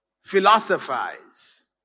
philosophize